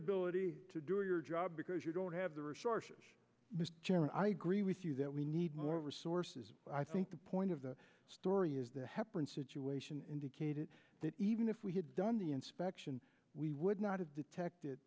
inability to do your job because you don't have the resources chairman i agree with you that we need more resources i think the point of the story is the heparin situation indicated that even if we had done the inspection we would not have detected